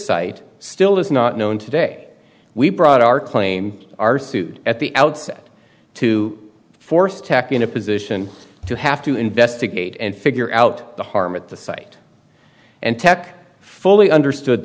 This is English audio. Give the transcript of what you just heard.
site still is not known today we brought our claim our suit at the outset to force tech in a position to have to investigate and figure out the harm at the site and tech fully understood